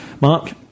Mark